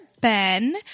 ben